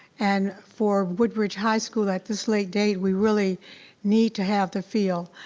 and for woodbridge high school at this late day, we really need to have the field.